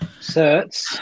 certs